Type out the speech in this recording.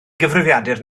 gyfrifiadur